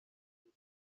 yesu